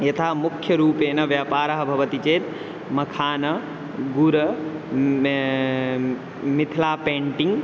यथा मुख्यरूपेण व्यापारः भवति चेत् मखान गुर मिथिलायाः पेण्टिङ्ग्